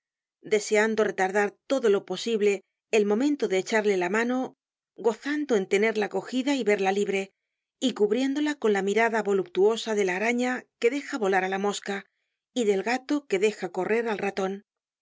deseando retardar todo lo posible el momento de echarle la mano gozando en tenerla cogida y verla libre y cubriéndola con la mirada voluptuosa de la araña que deja volar á la mosca y del gato que deja correr al raton